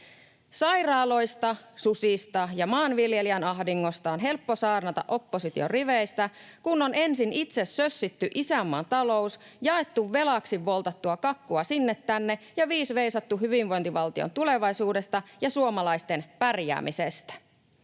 Sairaaloista, susista ja maanviljelijän ahdingosta on helppo saarnata opposition riveistä, kun on ensin itse sössitty isänmaan talous, jaettu velaksi woltattua kakkua sinne tänne ja viis veisattu hyvinvointivaltion tulevaisuudesta ja suomalaisten pärjäämisestä.